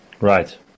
Right